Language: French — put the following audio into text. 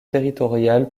territorial